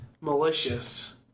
malicious